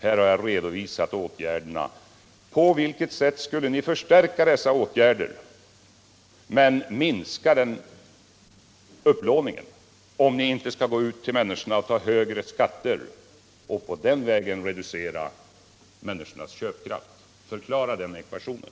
Jag har här redovisat regeringens åtgärder. På vilket sätt skulle ni ha kunnat förstärka dessa åtgärder men minska upplåningen, om ni inte skulle ha gått ut till människorna och tagit högre skatter för att på den vägen reducera deras köpkraft? Förklara den ekvationen!